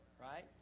right